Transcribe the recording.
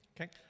Okay